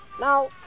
Now